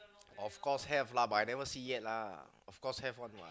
of course have lah but I never see yet lah of course have one what